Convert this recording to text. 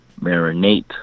marinate